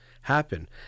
happen